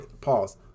Pause